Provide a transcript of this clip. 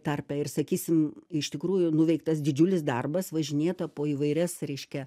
tarpe ir sakysim iš tikrųjų nuveiktas didžiulis darbas važinėta po įvairias reiškia